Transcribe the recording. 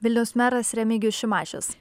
vilniaus meras remigijus šimašius